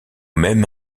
même